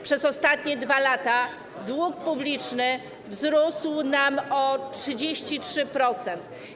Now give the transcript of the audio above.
Przez ostatnie 2 lata dług publiczny wzrósł nam o 33%.